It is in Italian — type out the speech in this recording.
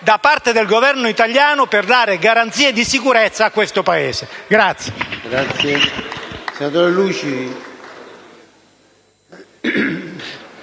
da parte del Governo italiano di dare garanzie di sicurezza al nostro Paese.